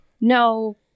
no